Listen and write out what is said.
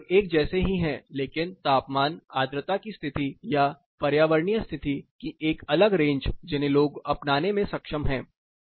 यह लगभग एक जैसे ही है लेकिन तापमानआर्द्रता की स्थिति या पर्यावरणीय स्थिति की एक अलग रेंज जिन्हें लोग अपनाने में सक्षम हैं